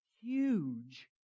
huge